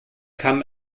kamen